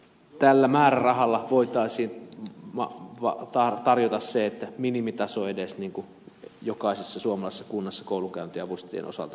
tällä määrärahalla voitaisiin tarjota se että minimitaso edes jokaisessa suomalaisessa kunnassa koulunkäyntiavustajien osalta voisi toteutua